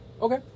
Okay